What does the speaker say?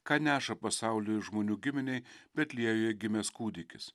ką neša pasauliui ir žmonių giminei betliejuje gimęs kūdikis